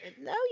No